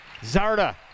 Zarda